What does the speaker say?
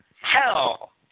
hell